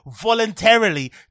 voluntarily